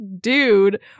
dude